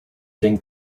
think